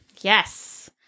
Yes